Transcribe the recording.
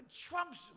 trumps